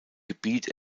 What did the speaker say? gebiet